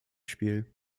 spiel